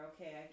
okay